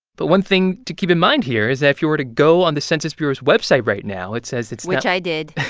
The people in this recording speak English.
but one thing to keep in mind here is that if you were to go on the census bureau's website right now, it says it's. which i did